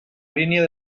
línia